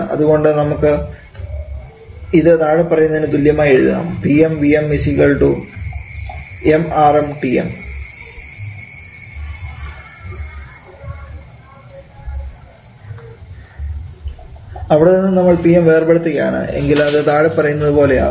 അതുകൊണ്ട് നമുക്ക് ഇത് താഴെപ്പറയുന്നതിനു തുല്യമായി എഴുതാം 𝑃𝑚 𝑉𝑚 𝑚𝑅𝑚 𝑇𝑚 അവിടെ നിന്നും നമ്മൾ Pm വേർപ്പെടുത്തുകയാണ് എങ്കിൽ അത് താഴെ പറയുന്നതു പോലെ ആകുന്നു